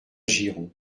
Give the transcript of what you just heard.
girons